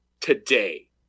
today